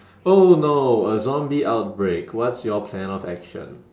oh no a zombie outbreak what's your plan of action